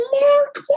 mark